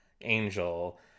Angel